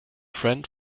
friend